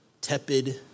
tepid